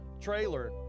trailer